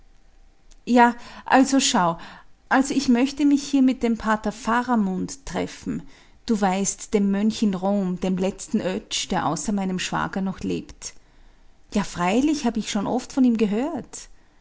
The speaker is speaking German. ja also schau also ich möchte mich hier mit dem pater faramund treffen du weißt dem mönch in rom dem letzten oetsch der außer meinem schwager noch lebt ja freilich hab ich oft schon von ihm gehört